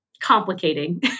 complicating